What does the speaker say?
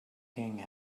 king